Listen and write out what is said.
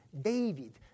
David